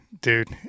Dude